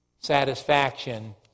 Satisfaction